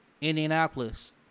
Indianapolis